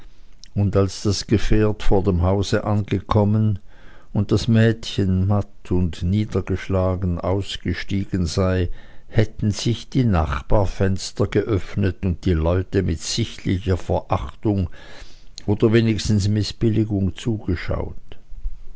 und als das gefährt vor dem hause angekommen und das mädchen matt und niedergeschlagen ausgestiegen sei hätten sich die nachbarfenster geöffnet und die leute mit sichtlicher verachtung oder wenigstens mißbilligung zugeschaut